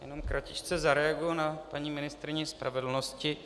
Jen kratičce zareaguji na paní ministryni spravedlnosti.